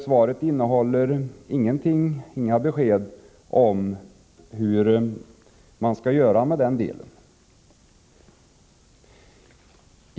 Svaret innehåller inga besked om hur man skall göra med den bandelen.